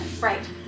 right